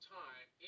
time